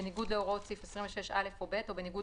בניגוד להוראות סעיף 26(א) או (ב) או בניגוד